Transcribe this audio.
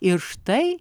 ir štai